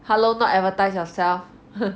hello not advertise yourself